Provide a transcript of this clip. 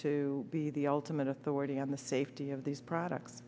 to be the ultimate authority on the safety of these products